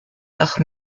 nach